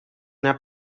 una